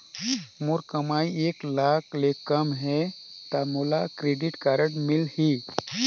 मोर कमाई एक लाख ले कम है ता मोला क्रेडिट कारड मिल ही?